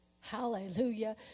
hallelujah